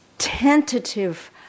tentative